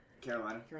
Carolina